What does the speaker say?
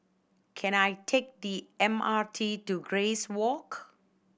can I take the M R T to Grace Walk